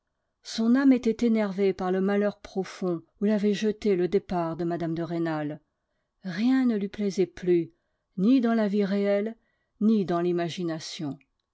son âme était énervée par le malheur profond où l'avait jeté le départ de mme de rênal rien ne lui plaisait plus ni dans la vie réelle ni dans l'imagination